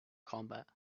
combat